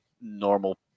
normal